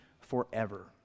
forever